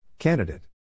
Candidate